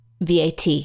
VAT